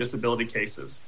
disability cases